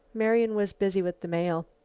marian was busy with the mail.